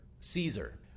Caesar